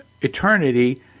eternity